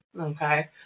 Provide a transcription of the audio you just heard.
Okay